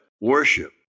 Worship